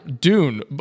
Dune